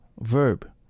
verb